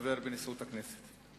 כחבר בנשיאות הכנסת,